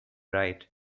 right